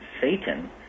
Satan